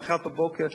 למחרת בבוקר